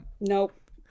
nope